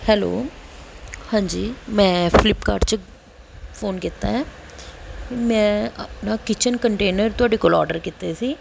hello ਹਾਂਜੀ ਮੈਂ ਫਲਿਪਕਾਰਟ 'ਚ ਫੋਨ ਕੀਤਾ ਹੈ ਮੈਂ ਆਪਣਾ ਕਿਚਨ ਕੰਟੇਨਰ ਤੁਹਾਡੇ ਕੋਲ ਆਰਡਰ ਕੀਤੇ ਸੀ